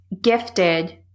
gifted